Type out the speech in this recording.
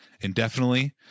indefinitely